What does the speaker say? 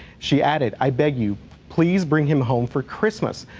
she added i beg you please bring him home for christmas.